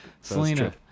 Selena